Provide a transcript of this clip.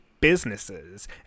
businesses